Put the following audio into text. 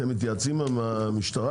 אתם מתייעצים עם המשטרה,